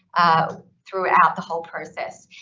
ah, throughout the whole process.